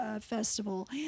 festival